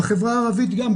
בחברה הערבית גם,